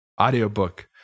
audiobook